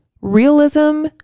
realism